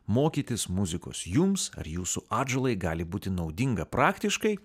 mokytis muzikos jums ar jūsų atžalai gali būti naudinga praktiškai